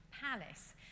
palace